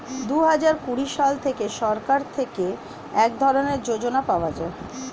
দুহাজার কুড়ি সাল থেকে সরকার থেকে এক ধরনের যোজনা পাওয়া যায়